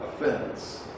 offense